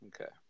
Okay